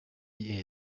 the